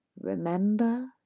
Remember